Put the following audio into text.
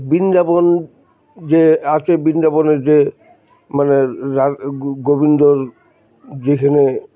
বৃন্দাবন যে আছে বৃন্দাবনের যে মানে র গোবিন্দর যেখানে